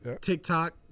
TikTok